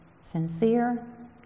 Sincere